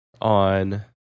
on